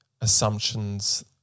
assumptions